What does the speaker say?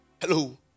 Hello